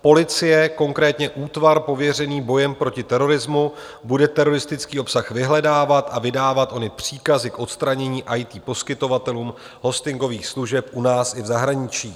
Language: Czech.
Policie, konkrétně útvar pověřený bojem proti terorismu, bude teroristický obsah vyhledávat a vydávat ony příkazy k odstranění IT poskytovatelům hostingových služeb u nás i v zahraničí.